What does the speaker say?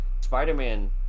spider-man